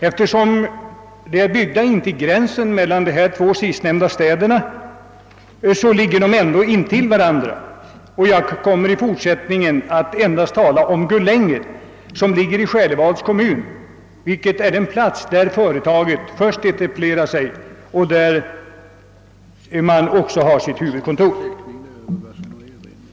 Eftersom lokalerna i de två sistnämnda samhällena har uppförts intill gränsen mellan dessa, ligger de i närheten av varandra, och jag kommer därför i fortsättningen endast att tala om Gullänget, som ligger i Själevads kommun, där företaget först etablerade sig och där det också har sitt huvudkontor.